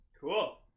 Cool